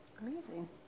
Amazing